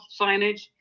signage